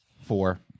four